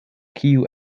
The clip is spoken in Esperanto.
kiu